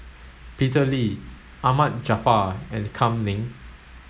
Peter Lee Ahmad Jaafar and Kam Ning